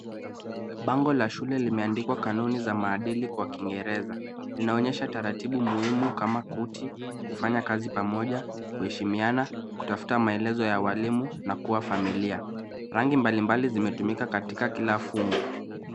Bango la shule limeandikwa kanuni za maadili kwa kiingereza. Linaonyesha taratibu muhimu kama kuti, kufanya kazi pamoja, kuheshimiana, kutafuta maelezo ya walimu na kuwa familia. Rangi mbalimbali zimetumika katika kila funzo.